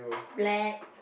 black